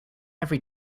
every